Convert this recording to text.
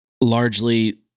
largely